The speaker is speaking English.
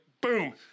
boom